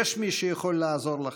יש מי שיכול לעזור לכם.